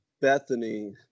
Bethany